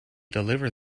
deliver